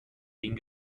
den